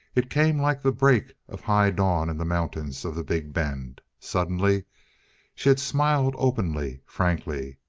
it came like the break of high dawn in the mountains of the big bend. suddenly she had smiled openly, frankly.